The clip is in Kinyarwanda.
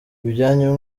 ibyanyu